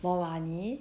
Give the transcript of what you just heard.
more money